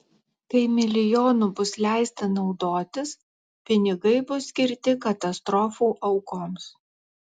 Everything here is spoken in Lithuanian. kai milijonu bus leista naudotis pinigai bus skirti katastrofų aukoms